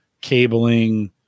cabling